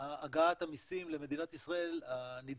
הגעת המסים למדינת ישראל נדחתה.